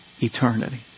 eternity